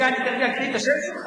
אני מוציא קלסר אצלי במשרד,